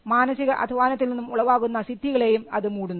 മാനസിക അധ്വാനത്തിൽ നിന്നും ഉളവാകുന്ന സിദ്ദികളെയും അത് മൂടുന്നു